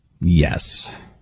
Yes